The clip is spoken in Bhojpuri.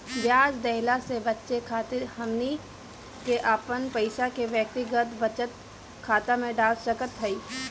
ब्याज देहला से बचे खातिर हमनी के अपन पईसा के व्यक्तिगत बचत खाता में डाल सकत हई